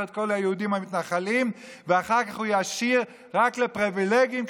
של כל היהודים המתנחלים ואחר כך הוא ישאיר רק לפריבילגים,